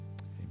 amen